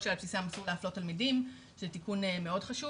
שעל בסיסם אסור להפלות תלמידים שזה תיקון מאוד חשוב.